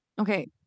Okay